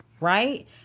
right